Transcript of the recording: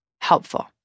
helpful